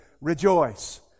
rejoice